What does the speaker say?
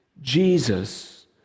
Jesus